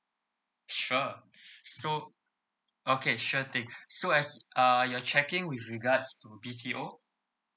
sure so okay sure thing so as uh you're checking with regards to B_T_O